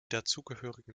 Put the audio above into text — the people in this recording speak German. dazugehörigen